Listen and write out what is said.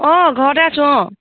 অঁ ঘৰতে আছোঁ অঁ